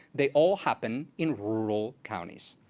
they all happen in rural counties.